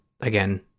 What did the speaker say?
again